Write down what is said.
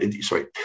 Sorry